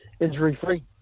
injury-free